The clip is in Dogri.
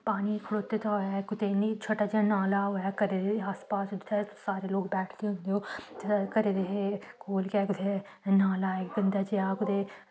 कुतै पानी खड़ोते दा होऐ कुतै छोटा जेहा नाला होऐ जित्थें सारे लोक बैठदे होये घरै दे कोल गै नाला ऐ गंदा जेहा कुदै